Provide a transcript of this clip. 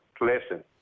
listen